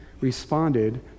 responded